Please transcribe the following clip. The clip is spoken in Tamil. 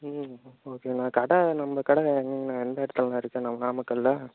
ம் ஓகேண்ணா கடை நம்ம கடை எங்கேங்கண்ணா எந்த இடத்துலண்ணா இருக்குது நம்ம நாமக்கலில்